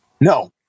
No